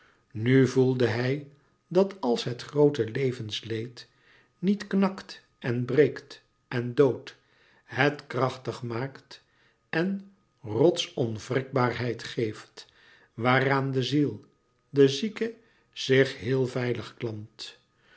nu voelde hij dat als het groote levensleed niet knakt en breekt en doodt het krachtig maakt en rotsonwrikbaarheid geeft waaraan de ziel de zieke zich heel veilig klampt